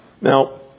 Now